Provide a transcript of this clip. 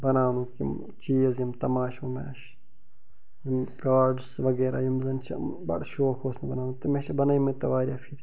بناوٕنُک یِم چیٖز یِم تماشہٕ وماشہٕ یِم کارڈٕس وغیرہ یِم زَن چھِ بڈٕ شوق اوس مےٚ بناونُک تہٕ مےٚ چھِ بنٲیِمٕتۍ تہِ واریاہ پھِرِ